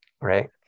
right